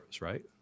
right